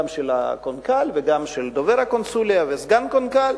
גם של הקונכ"ל וגם של דובר הקונסוליה וסגן הקונכ"ל,